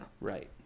Right